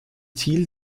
ziel